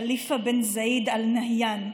ח'ליפה בן זאייד אאל-נהיאן,